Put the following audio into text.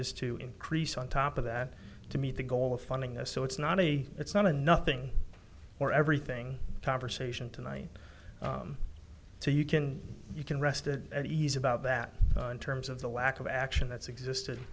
is to increase on top of that to meet the goal of funding this so it's not a it's not a nothing or everything conversation tonight so you can you can rested at ease about that in terms of the lack of action that's existed